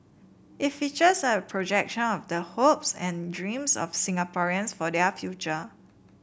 it features a projection of the hopes and dreams of Singaporeans for their future